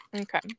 Okay